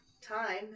time